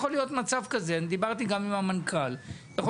יכול להיות מצב כזה אני דיברתי גם עם המנכ"ל: יכול